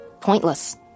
pointless